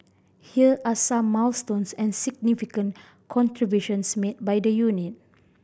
here are some milestones and significant contributions made by the unit